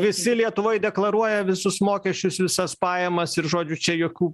visi lietuvoj deklaruoja visus mokesčius visas pajamas ir žodžiu čia jokių